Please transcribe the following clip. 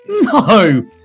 no